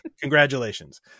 Congratulations